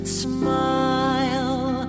smile